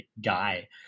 guy